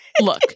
Look